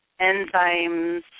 enzymes